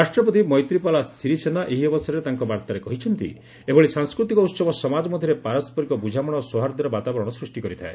ରାଷ୍ଟ୍ରପତି ମୈତ୍ରୀପାଲା ଶିରିସେନା ଏହି ଅବସରରେ ତାଙ୍କ ବାର୍ତ୍ତାରେ କହିଛନ୍ତି ଏଭଳି ସାଂସ୍କୃତିକ ଉତ୍ସବ ସମାଜ ମଧ୍ୟରେ ପାରସ୍କରିକ ବୁଝାମଣା ଓ ସୌହାର୍ଦ୍ଦ୍ୟର ବାତାବରଣ ସୃଷ୍ଟି କରିଥାଏ